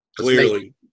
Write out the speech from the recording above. Clearly